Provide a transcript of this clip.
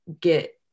get